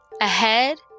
Ahead